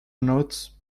not